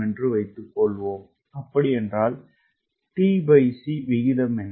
tc விகிதம் என்ன